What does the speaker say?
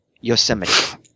Yosemite